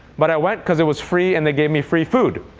but i went because it was free, and they gave me free food.